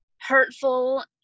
hurtful